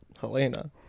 Helena